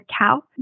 cow